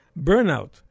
burnout